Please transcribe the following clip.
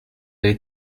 avez